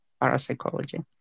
parapsychology